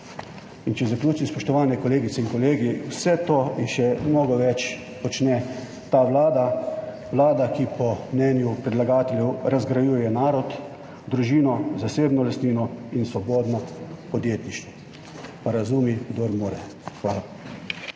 Če zaključim, spoštovane kolegice in kolegi. Vse to in še mnogo več počne ta vlada. Vlada, ki po mnenju predlagateljev razgrajuje narod, družino, zasebno lastnino in svobodno podjetništvo. Pa razumi, kdor more. Hvala.